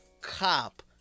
cop